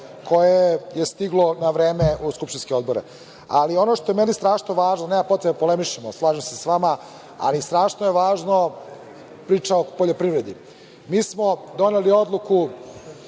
koje je stiglo na vreme u skupštinske odbore. Ali, ono što je meni strašno važno, nema potrebe da polemišemo, slažem se s vama, ali strašno je važno, priča o poljoprivredi. Mi smo doneli odluku